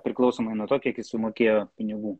priklausomai nuo to kiek jis sumokėjo pinigų